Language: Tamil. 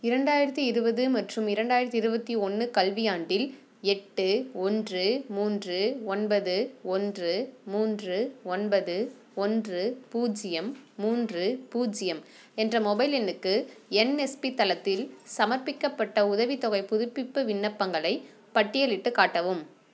இரண்டாயிரத்தி இருபது மற்றும் இரண்டாயிரத்தி இருபத்தி ஒன்று கல்வி ஆண்டில் எட்டு ஒன்று மூன்று ஒன்பது ஒன்று மூன்று ஒன்பது ஒன்று பூஜ்ஜியம் மூன்று பூஜ்ஜியம் என்ற மொபைல் எண்ணுக்கு என்எஸ்பி தளத்தில் சமர்ப்பிக்கப்பட்ட உதவித்தொகைப் புதுப்பிப்பு விண்ணப்பங்களைப் பட்டியலிட்டுக் காட்டவும்